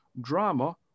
drama